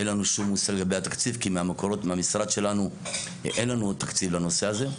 אין לנו שום מושג לגבי התקציב כי מהמשרד שלנו אין לנו תקציב לנושא הזה.